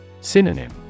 Synonym